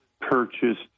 purchased